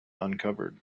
uncovered